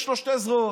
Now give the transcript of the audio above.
יש לו שתי זרועות: